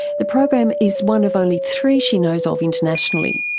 the program is one of only three she knows of internationally,